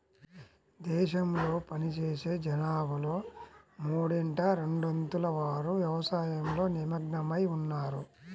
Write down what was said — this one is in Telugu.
దేశంలో పనిచేసే జనాభాలో మూడింట రెండొంతుల వారు వ్యవసాయంలో నిమగ్నమై ఉన్నారు